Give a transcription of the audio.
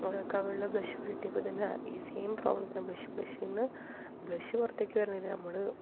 കവിളിൽ ബ്ലഷ് പുരട്ടിയപ്പോൾ തന്നെ ഈ സെയിം പ്രോബ്ലം തന്നെ ബ്ലഷ് ബ്ലഷീന്ന് ബ്ലഷ് പുറത്തേക്കു വരുന്നില്ല നമ്മൾ